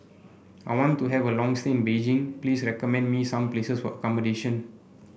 I want to have a long stay in Beijing Please recommend me some places for accommodation